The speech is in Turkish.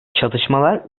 çatışmalar